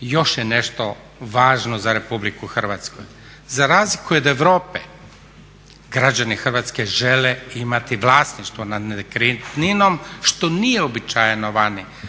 I još je nešto važno za RH. Za razliku od Europe građani Hrvatske žele imati vlasništvo nad nekretninom što nije uobičajeno vani